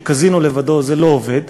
שקזינו לבדו לא עובד,